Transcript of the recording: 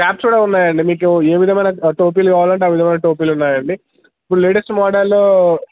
caps కూడా ఉన్నాయండి మీకు ఏ విధమైన టోపీలు కావాలంటే ఆ విధమైన టోపీలు ఉన్నాయండి ఇప్పుడు లేటెస్ట్ మోడలు